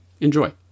Enjoy